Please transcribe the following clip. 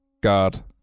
God